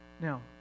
Now